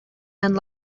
and